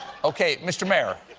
okay, mr. mayor,